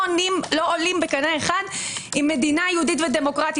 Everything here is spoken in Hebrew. עולים בקנה אחד עם מדינה יהודית ודמוקרטית.